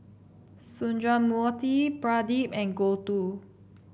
Sundramoorthy Pradip and Gouthu